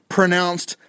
pronounced